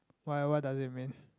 why why does it mean